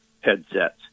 headsets